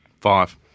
five